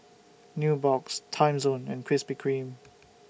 Nubox Timezone and Krispy Kreme